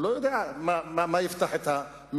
הוא לא יודע מה יפתח את המערה,